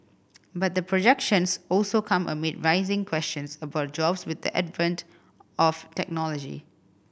but the projections also come amid rising questions about jobs with the advent of technology